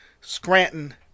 Scranton